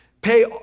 Pay